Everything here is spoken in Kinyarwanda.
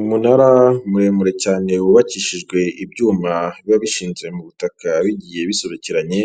Umunara muremure cyane wubakishijwe ibyuma biba bishinze mu butaka bigiye bisobekeranye,